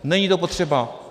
Není to potřeba.